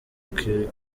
kuri